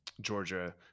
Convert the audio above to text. georgia